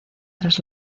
tras